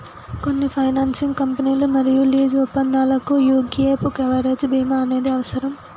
కొన్ని ఫైనాన్సింగ్ కంపెనీలు మరియు లీజు ఒప్పందాలకు యీ గ్యేప్ కవరేజ్ బీమా అనేది అవసరం